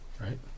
right